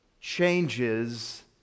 changes